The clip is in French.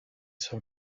sur